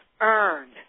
earned